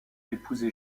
épousé